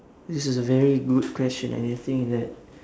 this is a very good question and you'll think that